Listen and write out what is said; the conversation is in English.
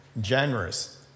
generous